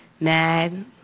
mad